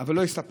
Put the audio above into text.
אבל לא הסתפקתי.